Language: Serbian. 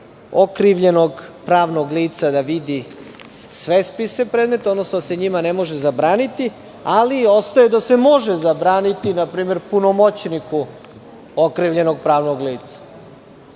okrivljenog pravnog lica da vidi sve spise predmeta, odnosno da se njima ne može zabraniti, ali ostaje da se može zabraniti, npr. punomoćniku okrivljenog pravnog lica.